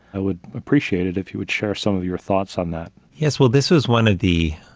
i would appreciate it if you would share some of your thoughts on that. yes. well, this was one of the,